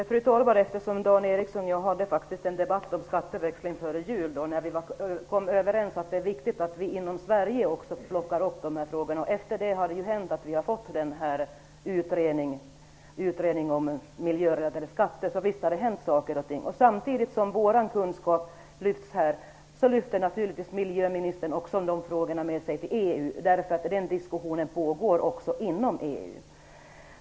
Fru talman! Dan Ericsson och jag hade faktiskt en debatt om skatteväxling före jul. Då kom vi överens om att det är viktigt att vi inom Sverige också tar upp de här frågorna. Sedan dess har vi fått en utredning om miljörelaterade skatter. Visst har det hänt saker och ting. Samtidigt som vår kunskap tas fram här, lyfter miljöministern naturligtvis också de frågorna i EU. Den diskussionen pågår också inom EU.